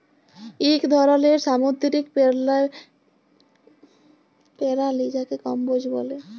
ইক ধরলের সামুদ্দিরিক পেরালি যাকে কম্বোজ ব্যলে